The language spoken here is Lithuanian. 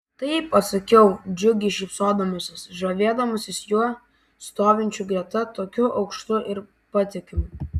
taip atsakiau džiugiai šypsodamasi žavėdamasi juo stovinčiu greta tokiu aukštu ir patikimu